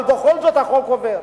אבל בכל זאת החוק עובר.